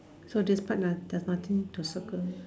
so this part not there's nothing to circle